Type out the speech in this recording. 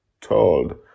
told